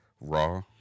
raw